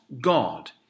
God